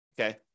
Okay